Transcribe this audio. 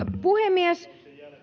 puhemies